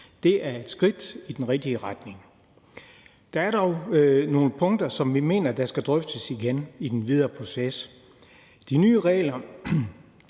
Det er et skridt i den rigtige retning. Der er dog nogle punkter, som vi mener skal drøftes igen i den videre proces. De nye regler